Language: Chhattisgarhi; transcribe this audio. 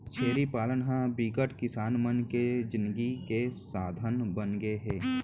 छेरी पालन ह बिकट किसान मन के जिनगी के साधन बनगे हे